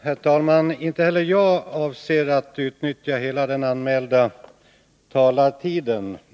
Herr talman! Inte heller jag avser att utnyttja hela den anmälda taletiden.